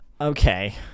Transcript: Okay